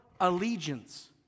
allegiance